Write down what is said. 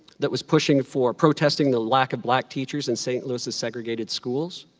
that was pushing for protesting the lack of black teachers in st. louis' segregated schools.